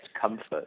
comfort